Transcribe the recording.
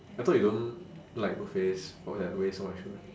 I thought you don't like buffets for that waste so much food